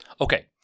Okay